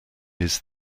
his